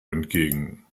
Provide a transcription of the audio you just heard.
entgegen